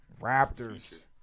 Raptors